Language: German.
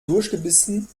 durchgebissen